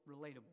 relatable